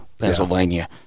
pennsylvania